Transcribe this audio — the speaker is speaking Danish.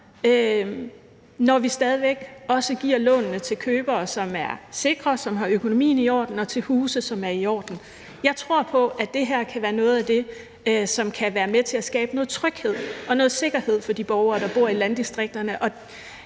når vi stadig væk også giver lånene til købere, som er sikre, og som har økonomien i orden, og til huse, som er i orden. Jeg tror på, at det her kan være noget af det, som kan være med til at skabe noget tryghed og noget sikkerhed for de borgere, der bor i landdistrikterne,